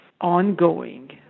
ongoing